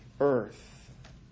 earth